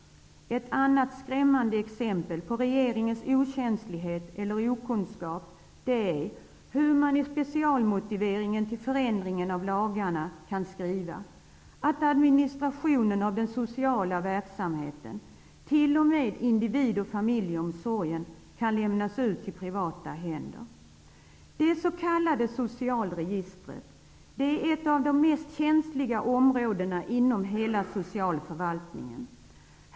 Ett annat skrämmande exempel på regeringens okänslighet, eller okunskap, är hur man i specialmotiveringen till förändringen av lagarna kan skriva att administrationen av den sociala verksamheten, t.o.m. individ och familjeomsorgen, kan lämnas över i privata händer. Det s.k. socialregistret är ett av de mest känsliga områdena inom hela socialförvaltningen.